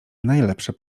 najlepsze